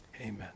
amen